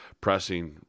pressing